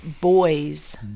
boys